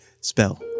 spell